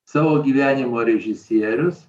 savo gyvenimo režisierius